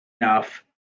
enough